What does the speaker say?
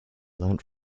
learned